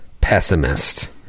pessimist